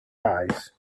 arise